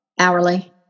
hourly